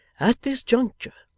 at this juncture,